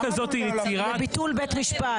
לביטול בית המשפט.